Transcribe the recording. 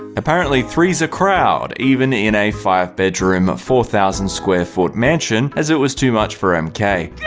apparently, three's a crowd, even in a five bedroom, four thousand square foot mansion, as it was too much for m k.